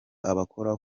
abakora